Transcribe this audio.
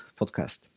podcast